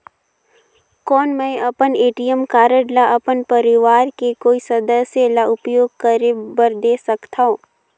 कौन मैं अपन ए.टी.एम कारड ल अपन परवार के कोई सदस्य ल उपयोग करे बर दे सकथव?